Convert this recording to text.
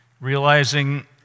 realizing